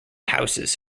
houses